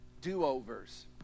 do-overs